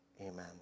Amen